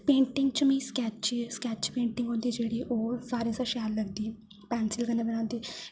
painting च मिगी sketch sketch painting होंदी जेह्ड़ी ओह् सारे शा शैल लगदी पेंसिल कन्नै बनांदी